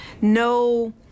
no